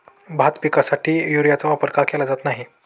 भात पिकासाठी युरियाचा वापर का केला जात नाही?